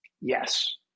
Yes